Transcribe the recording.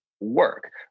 work